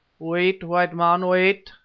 wait, white man, wait!